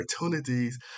opportunities